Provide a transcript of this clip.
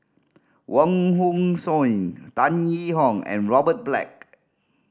Wong Hong Suen Tan Yee Hong and Robert Black